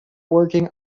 working